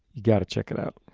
you got to check it out.